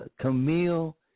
camille